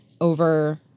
over